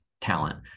talent